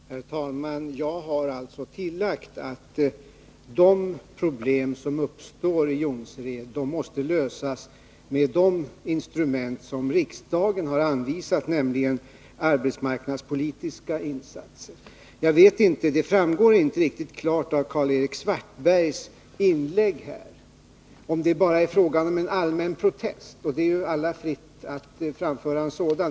Herr talman! Jag har tillagt att de problem som uppstår i Jonsered måste lösas med de instrument som riksdagen har anvisat, nämligen arbetsmarknadspolitiska insatser. Det framgår inte riktigt klart av Karl-Erik Svartbergs inlägg om det bara är fråga om en allmän protest — det står alla fritt att framföra en sådan.